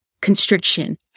constriction